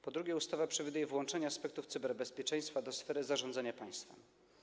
Po drugie, ustawa przewiduje włączenie aspektów cyberbezpieczeństwa do sfery zarządzania państwem.